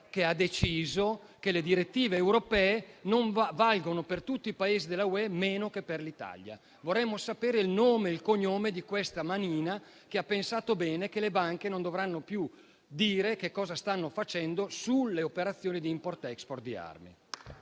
che ha deciso che le direttive europee valgano per tutti i Paesi dell'Unione europea, meno che per l'Italia. Vorremmo sapere il nome e il cognome di quella manina che ha pensato bene che le banche non dovranno più dire cosa stanno facendo sulle operazioni di *import-export* di armi.